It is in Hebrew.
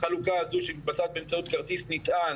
החלוקה הזו שמתבצעת באמצעות כרטיס נטען,